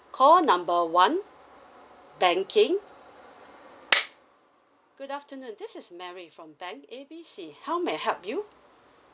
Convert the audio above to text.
call number one banking good afternoon this is mary from bank A B C how may I help you